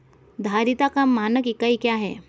धारिता का मानक इकाई क्या है?